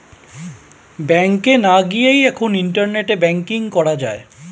ব্যাংকে না গিয়েই এখন ইন্টারনেটে ব্যাঙ্কিং করা যায়